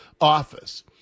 office